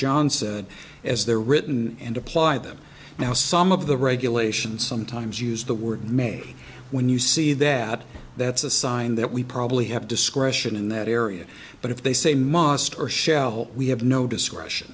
said as they're written and apply them now some of the regulations sometimes use the word may when you see that that's a sign that we probably have discretion in that area but if they say must or shall we have no discretion